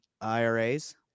IRAs